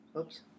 Oops